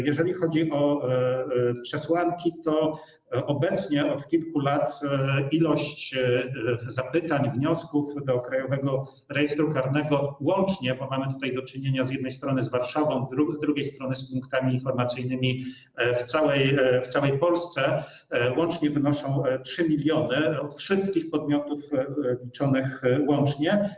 Jeżeli chodzi o przesłanki, to obecnie, od kilku lat liczba zapytań, wniosków do Krajowego Rejestru Karnego łącznie - bo mamy tutaj do czynienia z jednej strony z Warszawą, z drugiej strony z punktami informacyjnymi w całej Polsce - wynosi 3 mln, od wszystkich podmiotów liczonych łącznie.